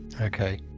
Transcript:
okay